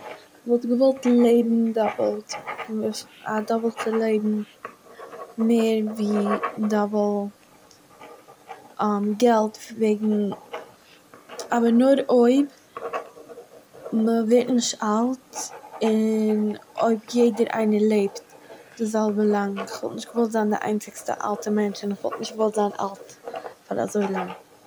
איך וואלט געוואלט לעבן דאפלט פון וואס א דאפלט צו לעבן מער ווי דאבל געלט וועגן, אבער נאר אויב מען ווערט נישט אלט און, אויב יעדער איינער לעבט די זעלבע לאנג, איך וואלט נישט געוואלט זיין די איינציגסטע אלטע מענטש און איך וואלט נישט געוואלט זיין אלט פאר אזוי לאנג